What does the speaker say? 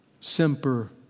Semper